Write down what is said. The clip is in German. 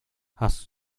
hast